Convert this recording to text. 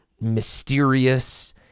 mysterious